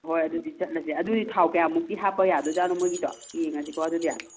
ꯍꯣꯏ ꯑꯗꯨꯗꯤ ꯆꯠꯂꯁꯦ ꯑꯗꯨꯗꯤ ꯊꯥꯎ ꯀꯌꯥꯃꯨꯛꯀꯤ ꯍꯥꯞꯄꯒ ꯌꯥꯗꯣꯏꯖꯥꯠꯅꯣ ꯃꯣꯏꯒꯤꯗꯣ ꯌꯦꯡꯉꯥꯁꯤꯀꯣ ꯑꯗꯨꯗꯤ